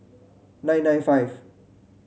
nine nine five